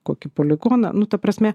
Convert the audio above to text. kokį poligoną nu ta prasme